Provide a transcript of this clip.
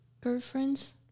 girlfriends